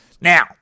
Now